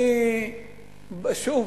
שוב,